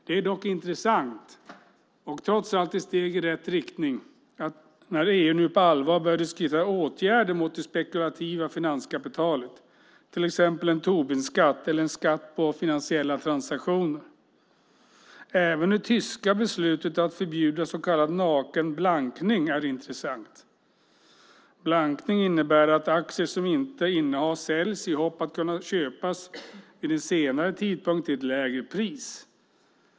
Det är dock intressant och trots allt ett steg i rätt riktning att EU nu på allvar börjar diskutera åtgärder mot det spekulativa finanskapitalet, till exempel en Tobinskatt eller en skatt på finansiella transaktioner. Även det tyska beslutet att förbjuda så kallad naken blankning är intressant. Blankning innebär att aktier som inte innehas säljs i hopp om att kunna köpas vid en senare tidpunkt till ett lägre pris.